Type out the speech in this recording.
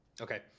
Okay